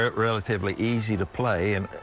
ah relatively easy to play. and